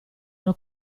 una